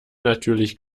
natürlich